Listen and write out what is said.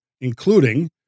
including